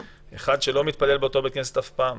אחד שלא מתפלל באותו בית כנסת אף פעם.